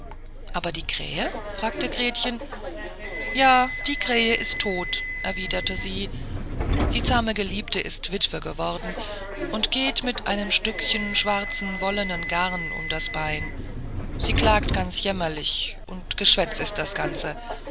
aber die krähe fragte gretchen ja die krähe ist tot erwiderte sie die zahme geliebte ist witwe geworden und geht mit einem stückchen schwarzen wollenen garn um das bein sie klagt ganz jämmerlich und geschwätz ist das ganze